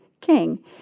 King